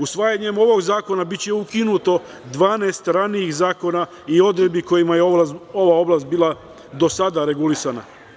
Usvajanjem ovog zakona biće ukinuto 12 ranijih zakona i odredbi, kojima je ova oblast bila dosada regulisana.